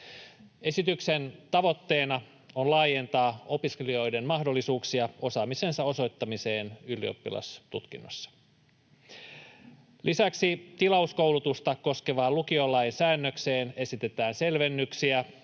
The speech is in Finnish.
Esityksen tavoitteena on laajentaa opiskelijoiden mahdollisuuksia osaamisensa osoittamiseen ylioppilastutkinnossa. Lisäksi tilauskoulutusta koskevaan lukiolain säännökseen esitetään selvennyksiä,